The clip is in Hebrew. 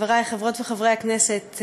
חברות וחברי הכנסת,